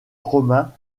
romain